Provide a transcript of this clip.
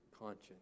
conscience